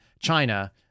China